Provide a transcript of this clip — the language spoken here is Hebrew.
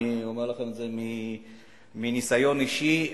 אני אומר לכם את זה מניסיון אישי.